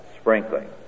sprinkling